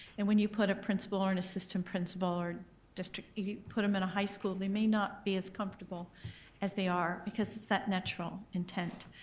and when you put a principal or an assistant principal or district, you put em in a high school, they may not be as comfortable as they are because it's that natural intent.